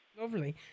Lovely